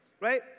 Right